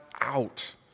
out